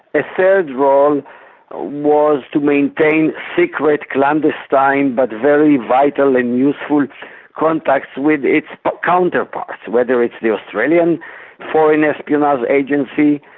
a third role ah was to maintain secret, clandestine but very vital and useful contacts with its ah counterparts, whether it's the australian foreign espionage agency,